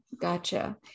Gotcha